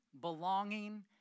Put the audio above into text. belonging